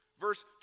Verse